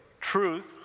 truth